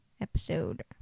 Episode